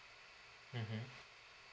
mmhmm